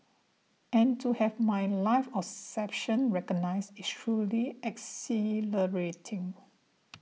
and to have my life's recognised is truly exhilarating